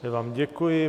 Já vám děkuji.